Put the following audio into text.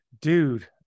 Dude